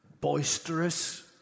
boisterous